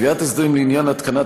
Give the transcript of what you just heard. קביעת הסדרים לעניין התקנה,